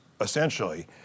essentially